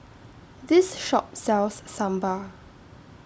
This Shop sells Sambar